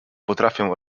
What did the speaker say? potrafią